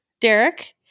Derek